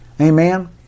Amen